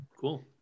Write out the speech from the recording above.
Cool